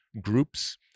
groups